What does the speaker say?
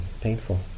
painful